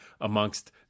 amongst